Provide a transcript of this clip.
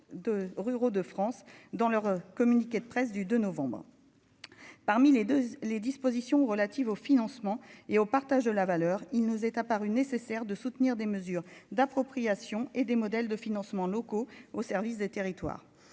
de France dans leur communiqué de presse du 2 novembre parmi les deux les dispositions relatives au financement et au partage de la valeur, il nous est apparu nécessaire de soutenir des mesures d'appropriation et des modèles de financement locaux. Au service des territoires,